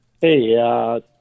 Hey